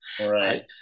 Right